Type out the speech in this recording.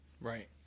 Right